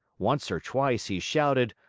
once or twice he shouted,